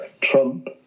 Trump